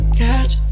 catch